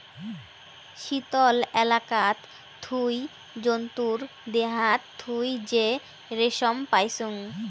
শীতল এলাকাত থুই জন্তুর দেহাত থুই যে রেশম পাইচুঙ